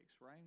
right